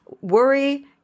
worry